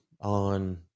on